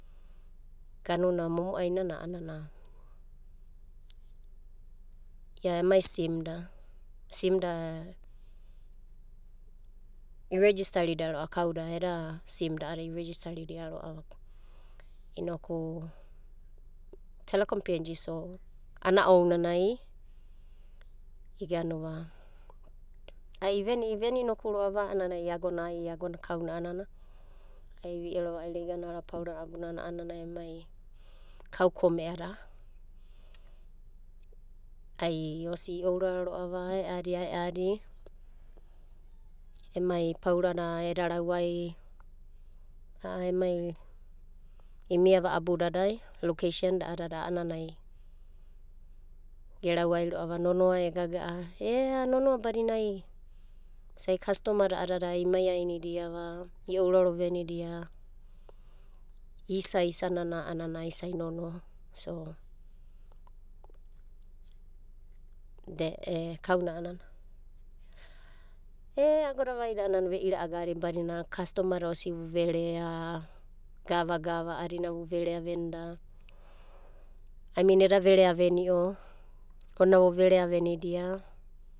momo'ainana ia emai simda. Sim da iregistaridia ro'ava kauda eda sim da iregista ro'ava. Inoku telekom PNG ana ounanai ai iveni, iveni noku ro'ava a'anana ai agona kauna'anana ai vi'ero va'iro paura abunana emai kau kome'ada ai osi i'ouraro ro'ava ae'adi ae'adi emai paurada a'a eda rawai a'a emai imiava abudadai lokeisen a'ananai gerawai ro'ava nonoa e gaga'a. Ea nonoa badina ai isai kastoma da imaiainidiava iourarovenda va. Isaisanana a'ana na isa'i nonoa. Be kauna a'anana. Ea agoda vaida a'ana ve'ira'a gadi badina kastoma da osi vuverea gavagava a'adina verea venda ai min eda verea veni'o, ona vo verea venida.